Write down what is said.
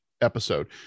Episode